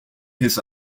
his